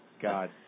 God